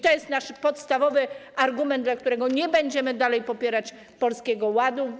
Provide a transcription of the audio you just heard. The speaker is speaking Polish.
To jest nasz podstawowy argument, dlaczego nie będziemy dalej popierać Polskiego Ładu.